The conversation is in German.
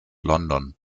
london